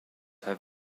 have